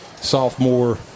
sophomore